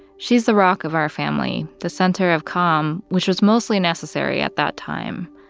she's the rock of our family, the center of calm, which was mostly necessary at that time.